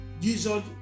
Jesus